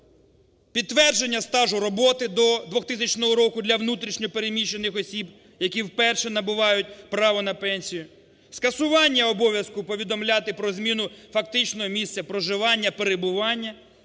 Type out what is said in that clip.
підтвердження стажу роботи до 2000 року для внутрішньо переміщених осіб, які вперше набувають право на пенсію; скасування обов'язку повідомляти про зміну фактичного місця проживання, перебування;